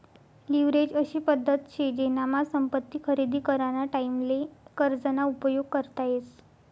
leverage अशी पद्धत शे जेनामा संपत्ती खरेदी कराना टाईमले कर्ज ना उपयोग करता येस